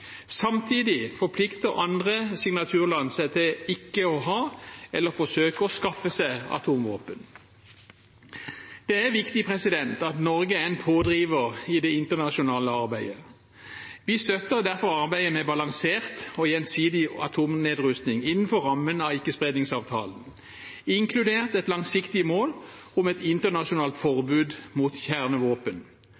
Samtidig forplikter andre signaturland seg til ikke å ha eller forsøke å skaffe seg atomvåpen. Det er viktig at Norge er en pådriver i det internasjonale arbeidet. Vi støtter derfor arbeidet med balansert og gjensidig atomnedrusting innenfor rammen av ikkespredningsavtalen, inkludert et langsiktig mål om et internasjonalt